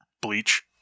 Bleach